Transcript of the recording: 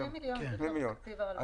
שני מיליון מתוך תקציב הרלב"ד.